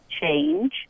change